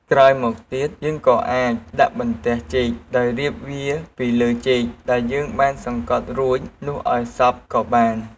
ក្រោយមកទៀត យើងក៏អាចដាក់បន្ទះចេក ដោយរៀបវាពីលើចេកដែលយើងបានសង្កត់រួចនោះឱ្យសព្វក៏បាន។